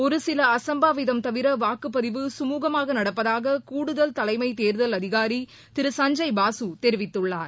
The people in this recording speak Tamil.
ஒரு சில அசம்பாவிதம் தவிர வாக்குப்பதிவு சமூகமான நடப்பதாக கூடுதல் தலைமை தேர்தல் அதிகாரி திரு சஞ்சய் பாசு தெரிவித்துள்ளார்